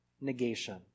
negation